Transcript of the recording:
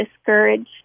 discouraged